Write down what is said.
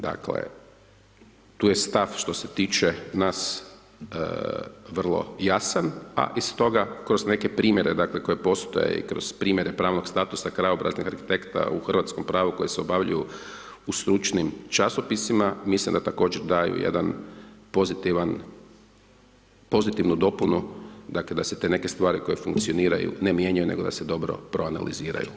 Dakle, tu je stav, što se tiče nas, vrlo jasan, a iz toga, kroz neke primjere, dakle, koji postoje i kroz primjere pravnog statusa krajobraznih arhitekta u hrvatskom pravu koje se obavljaju u stručnim časopisima, mislim da također daju jedan pozitivan, pozitivnu dopunu, dakle, da se te neke stvari koje ne funkcioniraju, ne mijenjaju, nego da se dobro proanaliziraju.